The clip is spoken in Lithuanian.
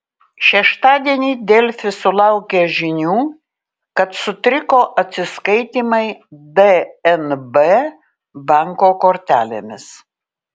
šeštadienį delfi sulaukė žinių kad sutriko atsiskaitymai dnb banko kortelėmis